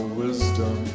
wisdom